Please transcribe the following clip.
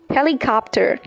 Helicopter